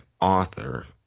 author